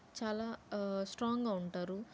చాలా స్ట్రాంగ్గా ఉంటారు